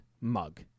mug